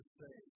say